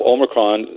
Omicron